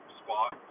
spot